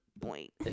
point